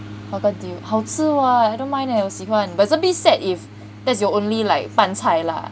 bergedil 好吃 [what] I don't mind eh but it's a bit sad if that's your only like 饭菜 lah